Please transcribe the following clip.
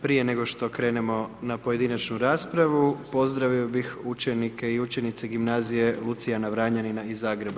Prije nego što krenemo na pojedinačnu raspravu, pozdravio bih učenike i učenice gimnazije Lucijana Vranjanina iz Zagreba.